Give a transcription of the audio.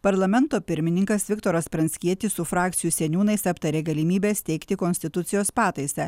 parlamento pirmininkas viktoras pranckietis su frakcijų seniūnais aptarė galimybes teikti konstitucijos pataisą